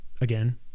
Again